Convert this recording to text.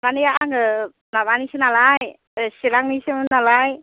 माने आं माबानिसो नालाय चिरांनिसोमोन नालाय